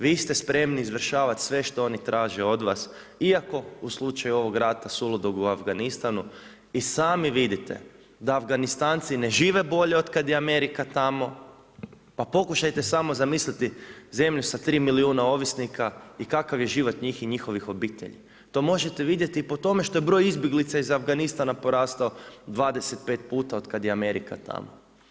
Vi ste spremni izvršavati sve što oni traže od vas iako u slučaju ovoga rata suludog u Afganistanu i sami vidite da Afganistanci ne žive bolje otkad je Amerika tamo, pa pokušajte samo zamisliti zemlju sa 3 milijuna ovisnika i kakav je život njih i njihovih obitelji. to možete vidjeti po tome što je broj izbjeglica iz Afganistana porastao 25 puta otkad je Amerika tamo.